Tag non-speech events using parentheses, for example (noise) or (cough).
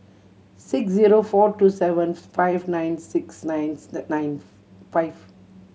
six zero four two seven five nine six nine (unintelligible) nine (unintelligible) five